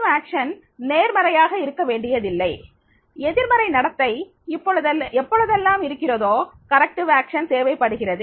திருத்தம் நடவடிக்கைநேர்மறையாக இருக்க வேண்டியதில்லை எதிர்மறை நடத்தை எப்பொழுதெல்லாம் இருக்கிறதோ திருத்தம் நடவடிக்கை தேவைப்படுகிறது